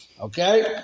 Okay